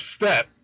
step